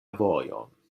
vojon